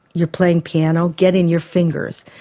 you're playing piano, get in your fingers,